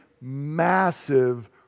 massive